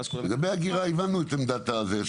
לגבי אגירה, הבנו את עמדת הזה.